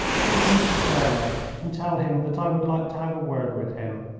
go to mr. turner and tell him that i would like to have a word with him.